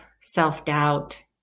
self-doubt